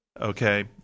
okay